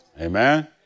Amen